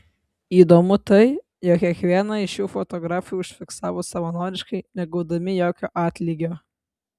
įdomu tai jog kiekvieną iš jų fotografai užfiksavo savanoriškai negaudami jokio atlygio